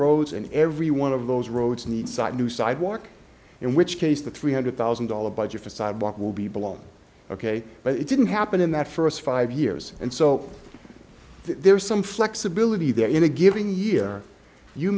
roads and every one of those roads in the new sidewalk in which case the three hundred thousand dollar budget for sidewalk will be blown ok but it didn't happen in that first five years and so there's some flexibility there in a given year you